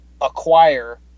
acquire